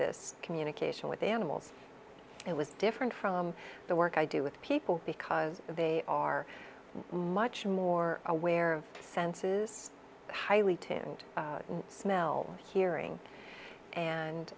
this communication with animals it was different from the work i do with people because they are much more aware of senses highly tuned and smell hearing and